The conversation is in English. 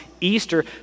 Easter